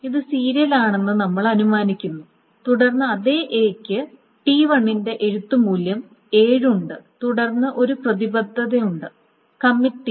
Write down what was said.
ഇത് സീരിയൽ ആണെന്ന് നമ്മൾ അനുമാനിക്കുന്നു തുടർന്ന് അതേ A യ്ക്ക് T1 ന്റെ എഴുത്ത് മൂല്യം 7 ഉണ്ട് തുടർന്ന് ഒരു പ്രതിബദ്ധതയുണ്ട് കമ്മിറ്റ് T1